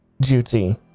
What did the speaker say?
duty